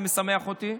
זה משמח אותי,